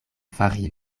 fari